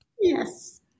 Yes